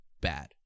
bad